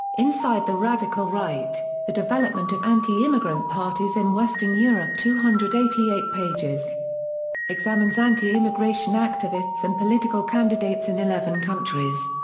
inside the radical right the development of anti-immigrant parties in western europe two hundred and eighty eight pages examines anti-immigration activists and political candidates in eleven countries.